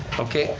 okay,